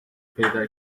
پیدا